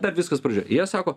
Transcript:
dar viskas pradžioj jie sako